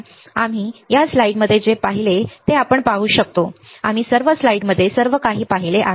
आता आम्ही स्लाइड्समध्ये जे काही पाहिले ते आपण पाहू शकतो आम्ही स्लाइड्समध्ये सर्व काही पाहिले आहे